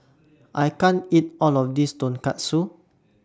I can't eat All of This Tonkatsu